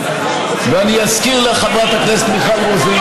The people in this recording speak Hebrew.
ואני אזכיר לחברת הכנסת מיכל רוזין,